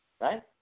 Right